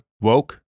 Woke